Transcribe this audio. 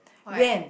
why